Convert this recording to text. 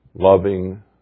Loving